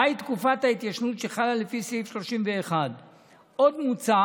מהי תקופת ההתיישנות שחלה לפי סעיף 31. עוד מוצע